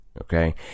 okay